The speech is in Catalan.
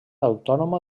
autònoma